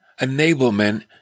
enablement